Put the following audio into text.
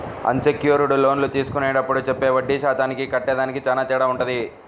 అన్ secured లోన్లు తీసుకునేప్పుడు చెప్పే వడ్డీ శాతానికి కట్టేదానికి చానా తేడా వుంటది